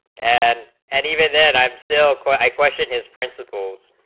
and and even then i'm still quite question his principles